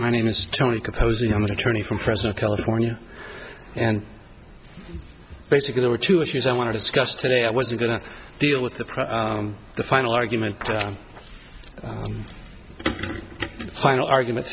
my name is tony composing i'm an attorney from fresno california and basically there are two issues i want to discuss today i was going to deal with the press the final argument final arguments